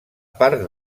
part